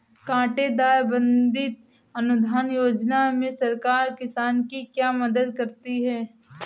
कांटेदार तार बंदी अनुदान योजना में सरकार किसान की क्या मदद करती है?